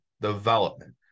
development